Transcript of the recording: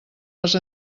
les